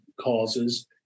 causes